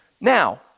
Now